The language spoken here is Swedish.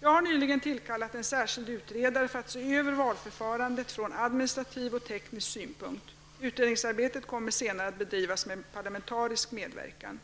Jag har nyligen tillkallat en särskild utredare för att se över valförfarandet från administrativ och teknisk synpunkt; utredningsarbetet kommer senare att bedrivas med parlamentarisk medverkan.